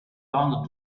longer